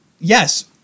yes